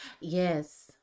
yes